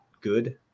good